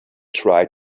try